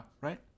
right